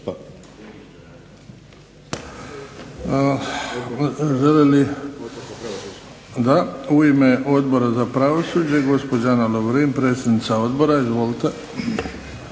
Da. U ime Odbora za pravosuđe, gospođa Ana Lovrin, predsjednica odbora. Izvolite.